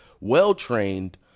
well-trained